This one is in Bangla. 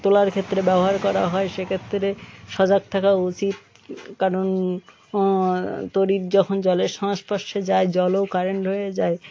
তোলার ক্ষেত্রে ব্যবহার করা হয় সেক্ষেত্রে সজাগ থাকা উচিত কারণ তড়িৎ যখন জলের সংস্পর্শে যায় জলও কারেন্ট রয়ে যায়